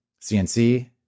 cnc